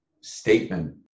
statement